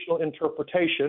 interpretation